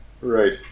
Right